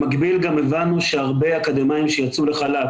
במקביל גם הבנו שהרבה אקדמאיים שיצאו לחל"ת